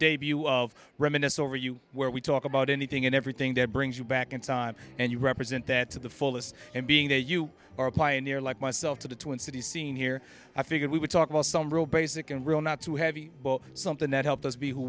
debut of reminisce over you where we talk about anything and everything that brings you back in time and you represent that to the fullest and being that you are a pioneer like myself to the twin cities scene here i figured we would talk about some real basic and real not too heavy something that helped us be who